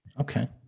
okay